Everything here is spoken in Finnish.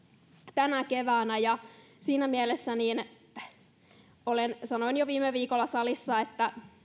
tänä keväänä siinä mielessä sanoin jo viime viikolla salissa että